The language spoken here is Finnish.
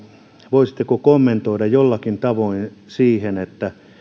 voisitteko kommentoida jollakin tavoin siihen